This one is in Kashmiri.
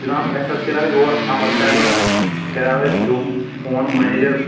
جناب اَسہِ حظ کریاو یور امر پیلس کریاو اَسہِ جوٚم فون منیجرس